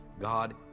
God